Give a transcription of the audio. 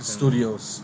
Studios